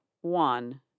one